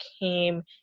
came